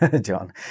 John